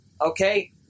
Okay